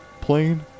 plane